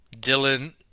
Dylan